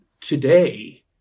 today